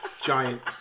giant